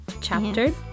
Chapter